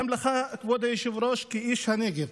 גם לך, כבוד היושב-ראש, כאיש הנגב,